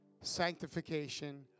sanctification